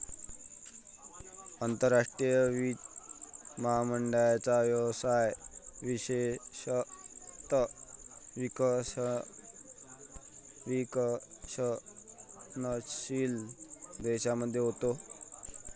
आंतरराष्ट्रीय वित्त महामंडळाचा व्यवसाय विशेषतः विकसनशील देशांमध्ये होतो